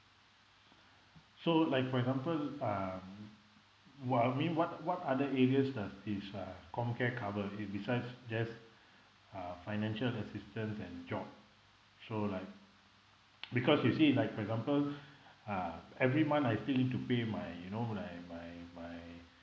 so like for example um what I mean what what other areas uh is uh com care cover it besides just uh financial assistance and job so like because you see like for example uh every month I still need to pay my you know my my my